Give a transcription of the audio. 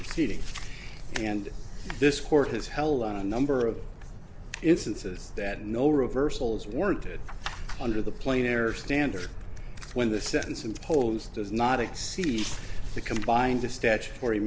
proceedings and this court has held on a number of instances that no reversals warranted under the plain error standard when the sentence imposed does not exceed the combined a statutory